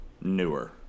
newer